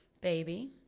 baby